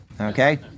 okay